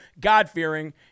God-fearing